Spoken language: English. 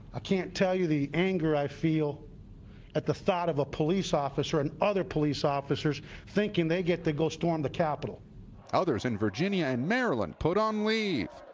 i can't tell you the anger i feel at the thought of a police officer and other police officers thinking they get to go storm the capitol. reporter others in virginia and maryland put on leave.